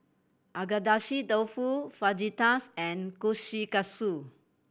Agedashi Dofu Fajitas and Kushikatsu